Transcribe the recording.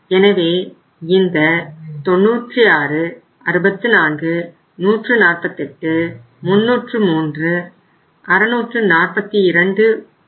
எனவே இந்த 96 64 148 303 642